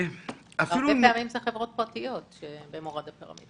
הרבה פעמים אלו חברות פרטיות במורד הפירמידה.